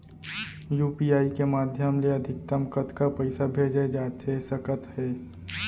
UPI के माधयम ले अधिकतम कतका पइसा भेजे जाथे सकत हे?